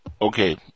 Okay